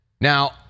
Now